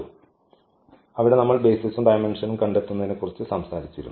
അതിനാൽ ഇവിടെ നമ്മൾ ബെയ്സിസും ഡയമെന്ഷനും കണ്ടെത്തുന്നതിനെ കുറിച്ച് സംസാരിക്കുന്നു